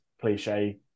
cliche